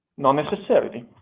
not necessarily.